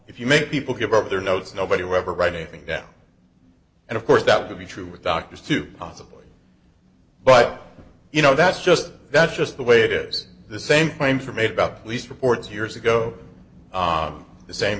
if you make people give up their notes nobody will ever write anything down and of course that would be true with doctors too possibly but you know that's just that's just the way there's the same claims are made about police reports years ago the same